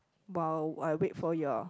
while I wait for y'all